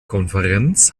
konferenz